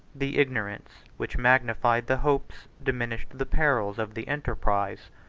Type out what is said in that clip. the ignorance, which magnified the hopes, diminished the perils, of the enterprise.